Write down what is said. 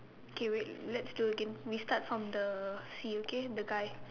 okay wait let's do again we start from the sea okay the guy